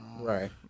Right